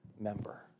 member